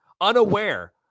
unaware